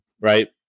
right